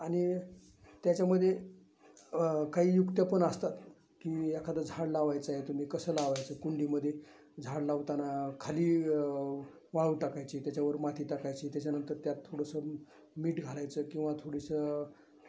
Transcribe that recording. आणि त्याच्यामध्ये काही युक्त्या पण असतात की एखादं झाड लावायचं आहे तुम्ही कसं लावायचं कुंडीमध्ये झाड लावताना खाली वाळू टाकायची त्याच्यावर माती टाकायची त्याच्यानंतर त्यात थोडंसं मीठ घालायचं किंवा थोडंसं